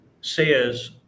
says